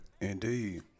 Indeed